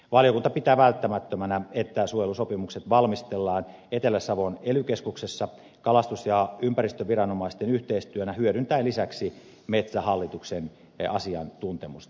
valiokunta pitää välttämättömänä että suojelusopimukset valmistellaan etelä savon ely keskuksessa kalastus ja ympäristöviranomaisten yhteistyönä hyödyntäen lisäksi metsähallituksen asiantuntemusta